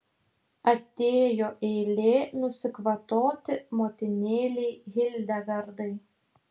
atėjo eilė nusikvatoti motinėlei hildegardai